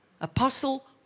Apostle